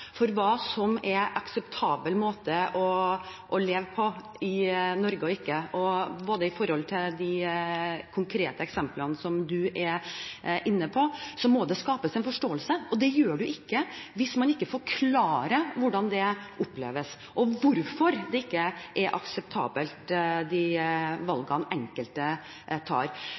for hva som er en akseptabel måte å leve på i Norge, og hva som ikke er det, også med tanke på de konkrete eksemplene representanten Raja er inne på. Det må skapes en forståelse, og det gjør man ikke hvis man ikke forklarer hvordan det oppleves, og hvorfor de valgene enkelte tar, ikke er